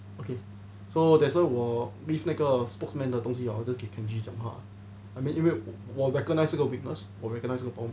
okay so that's why 我 brief 那个 spokesman 的东西 hor 我 just 给 kenji 讲话 I mean 因为我 recognise 这个 weakness 我 recognise 这个 problem